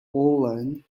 poland